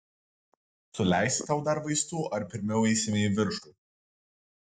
suleisti tau dar vaistų ar pirmiau eisime į viršų